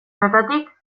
bertatik